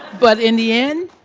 but in the end,